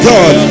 God